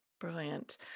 Brilliant